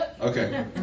Okay